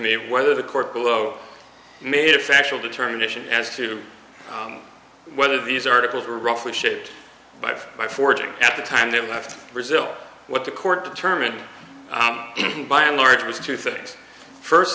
me whether the court below made a factual determination as to whether these articles were roughly shit but my forging at the time it was brazil what the court determined by and large was two things first